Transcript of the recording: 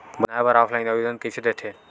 बनाये बर ऑफलाइन आवेदन का कइसे दे थे?